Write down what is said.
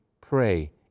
pray